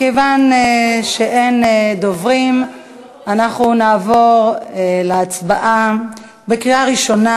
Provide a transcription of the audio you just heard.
מכיוון שאין דוברים אנחנו נעבור להצבעה בקריאה ראשונה